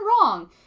wrong